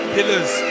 Pillars